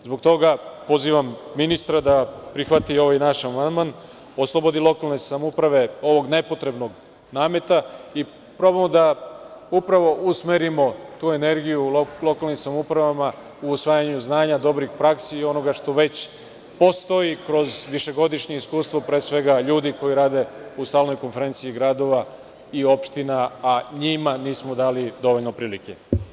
Zbog toga, pozivam ministra da prihvati ovaj naš amandman, oslobodi lokalne samouprave ovog nepotrebnog nameta i probamo da, upravo usmerimo tu energiju lokalnim samoupravama u usvajanju znanja, dobrih praksi i onoga što već postoji kroz višegodišnje iskustvo, pre svega ljudi koji rade u stalnoj konferenciji gradova i opština, a njima ni smo dali dovoljno prilike.